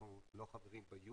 אנחנו לא חברים ביורו.